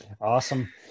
Awesome